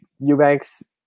Eubanks